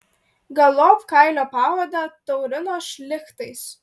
galop kailio paodę taurino šlichtais